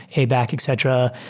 a back, etc,